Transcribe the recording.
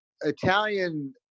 Italian